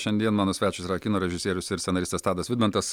šiandien mano svečias yra kino režisierius ir scenaristas tadas vidmantas